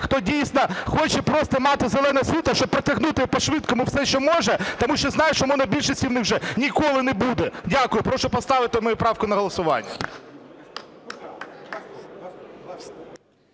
хто дійсно хоче просто мати зелене світло, щоб протягнути по-швидкому все, що може, тому що знає, що монобільшості в них вже ніколи не буде. Дякую. Прошу поставити мою правку на голосування.